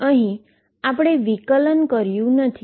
અહીં આપણે ડેરીવેશન કર્યુ નથી